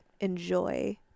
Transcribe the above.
enjoy